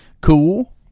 Cool